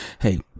Hey